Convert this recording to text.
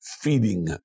feeding